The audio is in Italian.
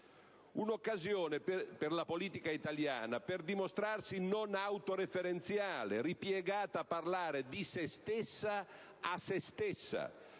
un'occasione per la politica italiana per dimostrarsi non autoreferenziale, ripiegata a parlare di se stessa a se stessa,